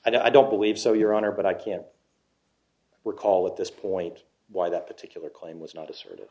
i don't believe so your honor but i can't recall at this point why that particular claim was not assert